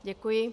Děkuji.